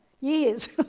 Years